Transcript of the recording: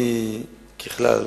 ככלל,